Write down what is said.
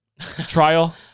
trial